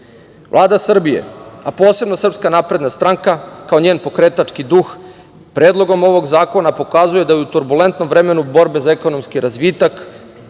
Srbije, a posebno SNS kao njen pokretački duh, predlogom ovog zakona pokazuje da je u turbulentnom vremenu borbe za ekonomski razvitak